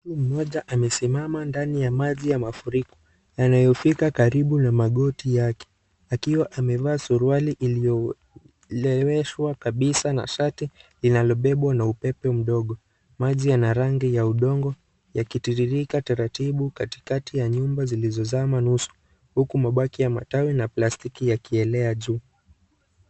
Mtu Moja amesimama ndani ya maji ya mafuriko yanayofika karibu na magoti yake. Akiwa amevaa suruali iliyo loweshwa kabisa na shati linalobebwa na upepo mdogo. Maji Yana rangi ya udongo yakitiririka taratibu kati kati ya nyumba zilizozama nusu, huku mabaki ya matawi na plastiki yakielea juu.